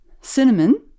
cinnamon